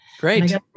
great